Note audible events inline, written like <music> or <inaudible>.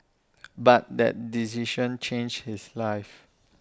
<noise> but that decision changed his life